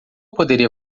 poderia